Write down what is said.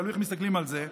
תלוי איך מסתכלים על זה.